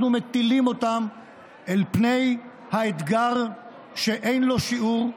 אנחנו מטילים אותם אל פני האתגר שאין לו שיעור,